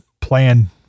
plan